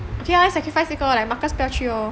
okay lor sacrifice 一个 lor like marcus 不要去 lor